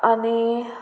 आनी